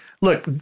look